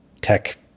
tech